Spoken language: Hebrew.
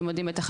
אתם יודעים בטח,